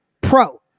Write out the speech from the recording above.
pro